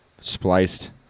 spliced